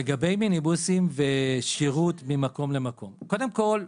לגבי מיניבוסים ושירות ממקום למקום קודם כל,